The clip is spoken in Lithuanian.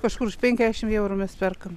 kažkur už penkiasdešim eurų mes perkam